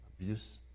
abuse